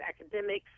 academics